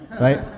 Right